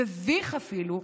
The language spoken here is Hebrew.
מביך אפילו,